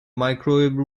microwave